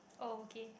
oh okay